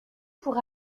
pour